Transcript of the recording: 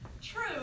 True